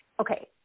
Okay